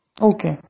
Okay